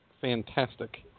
fantastic